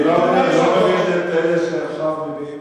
אני לא מבין את אלה שעכשיו מביעים.